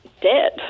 dead